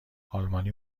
آلمانی